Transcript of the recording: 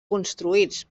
construïts